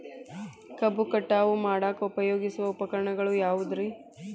ಕಬ್ಬು ಕಟಾವು ಮಾಡಾಕ ಉಪಯೋಗಿಸುವ ಉಪಕರಣ ಯಾವುದರೇ?